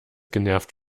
genervt